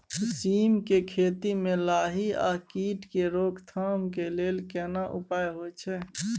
सीम के खेती म लाही आ कीट के रोक थाम के लेल केना उपाय होय छै?